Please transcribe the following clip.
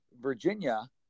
Virginia